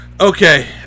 Okay